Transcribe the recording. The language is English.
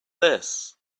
this